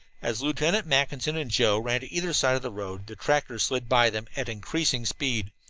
as lieutenant mackinson and joe ran to either side of the road, the tractor slid by them at increasing speed.